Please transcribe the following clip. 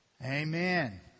Amen